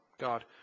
God